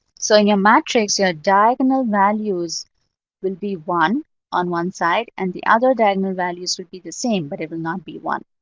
so in your matrix, your diagonal values will be one on one side, and the other diagonal values will be the same, but they will not be one.